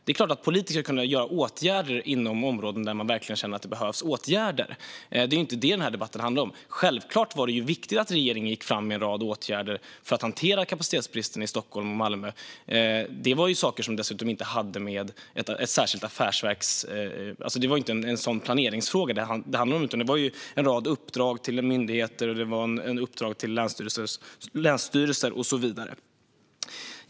Det är klart att politiker ska kunna vidta åtgärder inom områden där de verkligen behövs. Det är inte det den här debatten handlar om. Det var självklart viktigt att regeringen gick fram med en rad åtgärder för att hantera kapacitetsbristen i Stockholm och Malmö. Det handlade dessutom inte om en sådan planeringsfråga. Det gällde en rad uppdrag till myndigheter, länsstyrelser och så vidare.